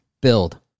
build